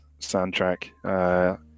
soundtrack